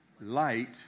light